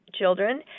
children